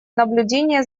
наблюдения